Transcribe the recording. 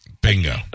Bingo